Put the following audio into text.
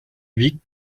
wiegt